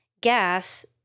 gas